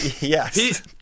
Yes